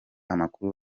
amakuru